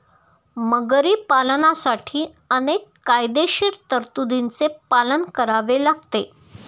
मगरी पालनासाठी अनेक कायदेशीर तरतुदींचे पालन करावे लागते